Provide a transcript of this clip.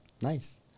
nice